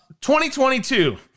2022